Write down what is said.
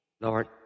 Lord